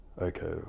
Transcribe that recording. Okay